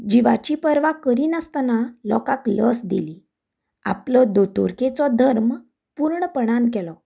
जिवाची पर्वा करिनासतना लोकांक लस दिली आपलो दोतोरकेचो धर्म पुर्णपणान केलो